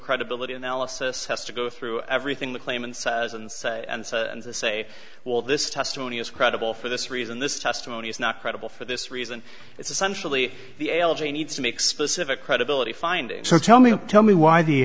credibility analysis has to go through everything the claimant says and say and say well this testimony is credible for this reason this testimony is not credible for this reason it's essentially the elegy needs to make specific credibility finding so tell me tell me why the